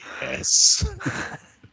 yes